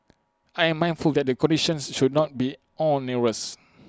I am very mindful that the conditions should not be onerous